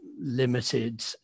limited